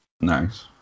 Nice